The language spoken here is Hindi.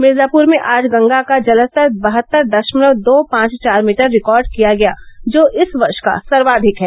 मिर्जापूर में आज गंगा का जलस्तर बहत्तर दशमलव दो पांच चार मीटर रिकार्ड किया गया जो इस वर्ष्य का सर्वाधिक है